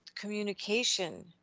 communication